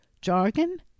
jargon